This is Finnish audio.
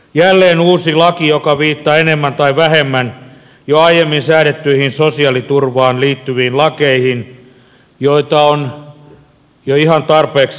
jälleen uusi laki joka viittaa enemmän tai vähemmän jo aiemmin säädettyihin sosiaaliturvaan liittyviin lakeihin joita on jo ihan tarpeeksi muutenkin